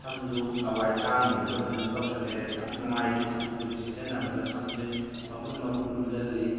ꯁꯝꯁꯨ ꯂꯋꯥꯏ ꯇꯥꯡꯗꯣꯔꯤꯕ꯭ꯔ ꯀꯩꯅꯣꯝ ꯇꯧꯁꯤꯜꯂꯛꯑꯦ ꯌꯥꯝ ꯅꯨꯡꯉꯥꯏꯇꯦ ꯁꯝꯄꯨꯁꯦ ꯁꯤꯖꯤꯟꯅꯕꯗ ꯁꯝꯁꯦ ꯃꯄꯨꯟ ꯃꯄꯨꯟ ꯄꯨꯟꯁꯤꯜꯂꯤ